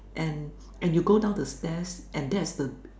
and and you go down the stairs and that's the